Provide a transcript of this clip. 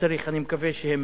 אני מקווה שהם